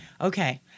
Okay